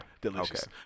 Delicious